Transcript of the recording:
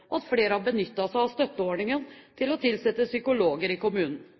for at flere har benyttet seg av støtteordningen til å tilsette psykologer i kommunen.